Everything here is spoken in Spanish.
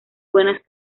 buenas